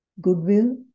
goodwill